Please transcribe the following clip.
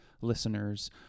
listeners